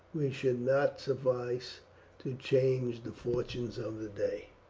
we should not suffice to change the fortunes of the day.